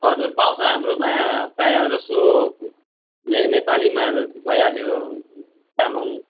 हुजुर पाउँछ हाम्रोमा प्रायःजसो नै नेपालीमा भइहाल्यो तामाङ